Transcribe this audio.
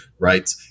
Right